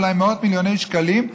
אולי מאות מיליוני שקלים,